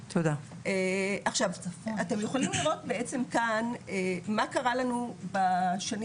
אתם יכולים לראות כאן מה קרה לנו בשנים